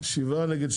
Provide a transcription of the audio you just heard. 3 בעד, 7 נגד.